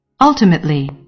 ultimately